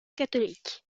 catholique